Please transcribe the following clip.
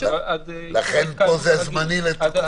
לכן פה זה זמני לתקופת החגים.